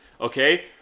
Okay